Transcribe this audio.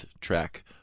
track